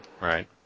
right